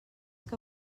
que